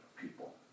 people